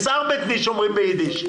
אסט ארבעט נישט, אומרים ביידיש.